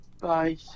Bye